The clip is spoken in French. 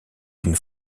une